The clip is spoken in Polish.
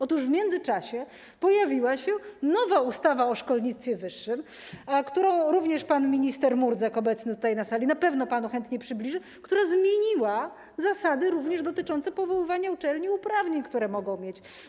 Otóż w tym czasie pojawiła się nowa ustawa o szkolnictwie wyższym, którą również pan minister Murdzek, obecny tutaj na sali, na pewno panu chętnie przybliży, która zmieniła także zasady dotyczące powoływania uczelni i uprawnień, które mogą mieć.